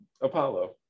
Apollo